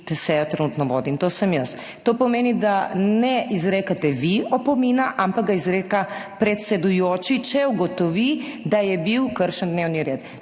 to sejo trenutno vodi, in to sem jaz. To pomeni, da ne izrekate opomina vi, ampak ga izreka predsedujoči, če ugotovi, da je bil kršen dnevni red.